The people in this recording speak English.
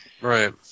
Right